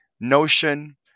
Notion